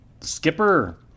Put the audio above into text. Skipper